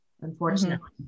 unfortunately